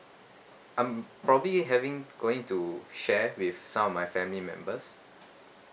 I'm probably having going to share with some of my family members